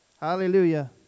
Hallelujah